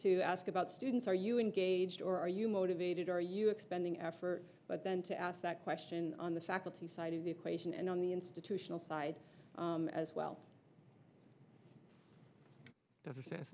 to ask about students are you engaged or are you motivated are you expending effort but then to ask that question on the faculty side of the equation and on the institutional side as well as